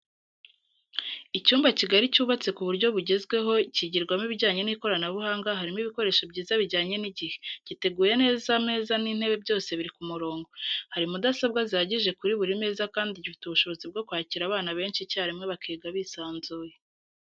Icyumba kigari cyubatse ku buryo bugezweho kigirwamo ibijyanye n'ikoranabuhanga harimo ibikoresho byiza bijyanye n'igihe, giteguye neza ameza n'intebe byose biri ku murongo, hari mudasobwa zihagije kuri buri meza kandi gifite ubushobozi bwo kwakira abana benshi icyarimwe bakiga bisanzuye.